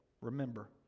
Remember